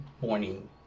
morning